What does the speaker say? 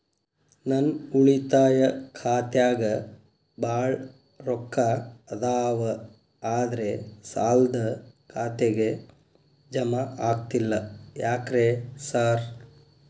ನನ್ ಉಳಿತಾಯ ಖಾತ್ಯಾಗ ಬಾಳ್ ರೊಕ್ಕಾ ಅದಾವ ಆದ್ರೆ ಸಾಲ್ದ ಖಾತೆಗೆ ಜಮಾ ಆಗ್ತಿಲ್ಲ ಯಾಕ್ರೇ ಸಾರ್?